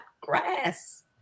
grass